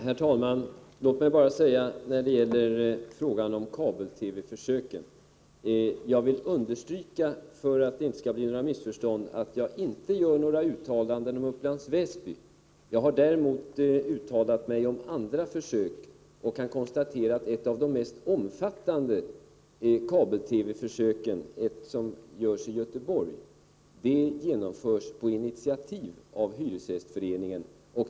Herr talman! Låt mig bara säga en sak till om kabel-TV-försöken. För att det inte skall bli några missförstånd vill jag understryka att jag inte gör några uttalanden om Upplands Väsby. Jag har däremot uttalat mig om andra försök. Jag kan konstatera att ett av de mest omfattande kabel-TV-försöken —- ett som görs i Göteborg — genomförs på initiativ av hyresgästföreningen.